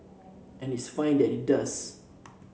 and it's fine that it does